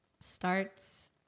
starts